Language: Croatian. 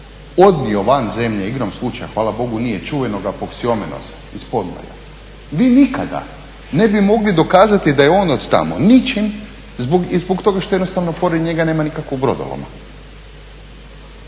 odnio van zemlje igrom slučaja, hvala Bogu nije, čuvenog Apoksiomena mi nikada ne bi mogli dokazati da je on otamo, ničim, i zbog toga što jednostavno pored njega nema nikakvog brodoloma.